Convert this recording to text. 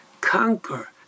conquer